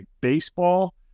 baseball